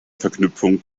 verknüpfung